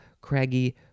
Craggy